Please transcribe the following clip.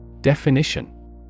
Definition